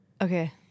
Okay